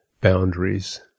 boundaries